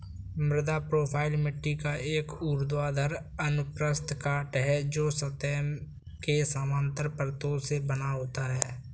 मृदा प्रोफ़ाइल मिट्टी का एक ऊर्ध्वाधर अनुप्रस्थ काट है, जो सतह के समानांतर परतों से बना होता है